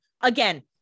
again